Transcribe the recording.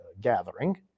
gathering